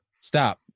stop